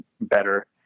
better